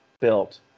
built